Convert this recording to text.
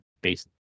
based